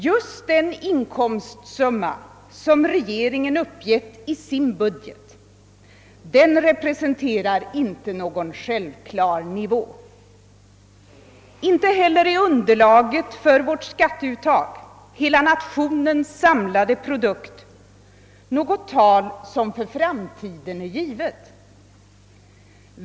Just den inkomstsumma som regeringen uppgivit i sin budget representerar inte någon självklar nivå. Inte heller är underlaget för vårt skatteuttag — hela nationens samlade produkt — något tal som för framtiden är givet.